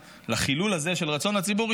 לחילול הזה של רצון הציבור,